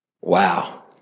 Wow